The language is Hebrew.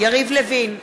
יריב לוין,